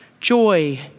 joy